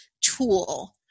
tool